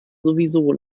sowieso